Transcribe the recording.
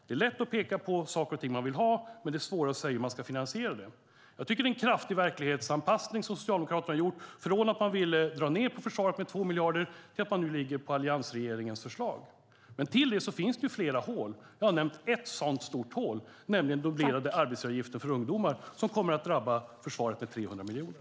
Det är lätt att peka på saker och ting man vill ha, men det är svårare att säga hur man ska finansiera dem. Jag tycker att det är en kraftig verklighetsanpassning som Socialdemokraterna har gjort från att man ville dra ned på försvaret med 2 miljarder till att man nu ansluter sig till alliansregeringens förslag. Men till det finns det flera hål. Jag har nämnt ett sådant stort hål, nämligen dubblerade arbetsgivaravgifter för ungdomar som kommer att drabba försvaret med 300 miljoner.